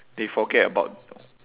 they forget about